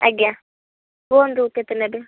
ଆଜ୍ଞା କୁହନ୍ତୁ କେତେ ନେବେ